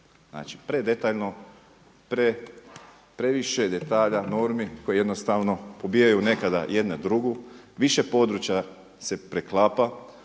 znači predetaljno, previše detalja, normi koje pobijaju nekada jedna drugu, više područja se preklapa,